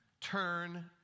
Turn